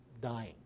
dying